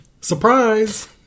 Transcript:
Surprise